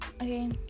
Okay